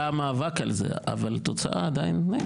אז היה מאבק על זה, אבל תוצאה עדיין אין.